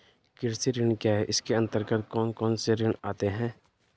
कृषि ऋण क्या है इसके अन्तर्गत कौन कौनसे ऋण आते हैं?